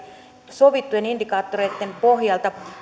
sovittujen indikaattoreitten pohjalta